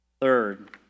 Third